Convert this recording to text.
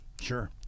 Sure